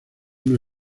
una